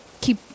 keep